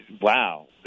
wow